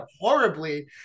horribly